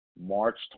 March